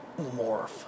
Morph